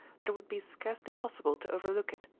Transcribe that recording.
that it would be scarcely possible to overlook it.